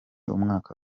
umwaka